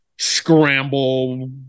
Scramble